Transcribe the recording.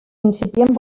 incipient